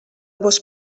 vos